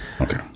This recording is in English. Okay